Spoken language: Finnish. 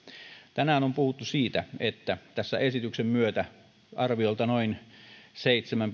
tänään on puhuttu siitä että tässä esityksen myötä arviolta noin seitsemän